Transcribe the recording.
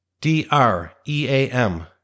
D-R-E-A-M